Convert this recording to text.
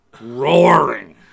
Roaring